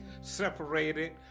separated